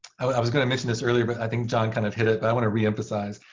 i was going to mention this earlier, but i think john kind of hit it. but i want to re-emphasize.